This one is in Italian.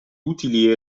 utili